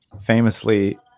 famously